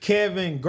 Kevin